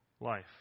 life